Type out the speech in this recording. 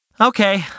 Okay